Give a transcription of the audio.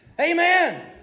Amen